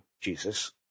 Jesus